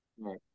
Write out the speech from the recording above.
Right